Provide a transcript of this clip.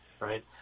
right